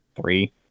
three